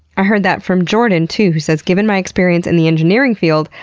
i heard that from jordan too, who says, given my experience in the engineering field,